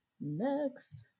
next